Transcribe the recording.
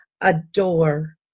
adore